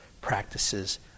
practices